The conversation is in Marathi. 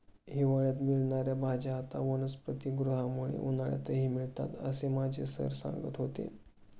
हिवाळ्यात मिळणार्या भाज्या आता वनस्पतिगृहामुळे उन्हाळ्यातही मिळतात असं माझे सर सांगत होते